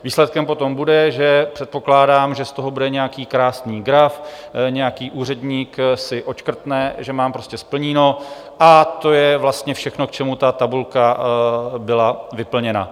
Výsledkem potom bude, že předpokládám, že z toho bude nějaký krásný graf, nějaký úředník si odškrtne, že mám prostě splněno, a to je vlastně všechno, k čemu ta tabulka byla vyplněna.